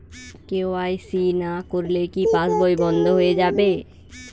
KYC না করলে কি পাশবই বন্ধ হয়ে যাবে?